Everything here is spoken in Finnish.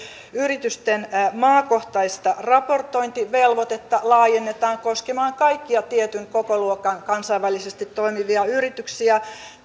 yritysten maakohtainen raportointivelvoite laajennetaan koskemaan kaikkia tietyn kokoluokan kansainvälisesti toimivia yrityksiä